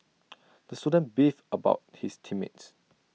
the student beefed about his team mates